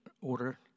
order